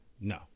No